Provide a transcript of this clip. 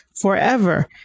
forever